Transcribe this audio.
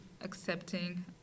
accepting